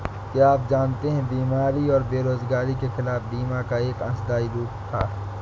क्या आप जानते है बीमारी और बेरोजगारी के खिलाफ बीमा का एक अंशदायी रूप था?